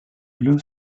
blue